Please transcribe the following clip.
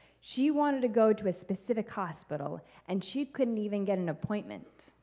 she wanted to go to a specific hospital and she couldn't even get an appointment.